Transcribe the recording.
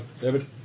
David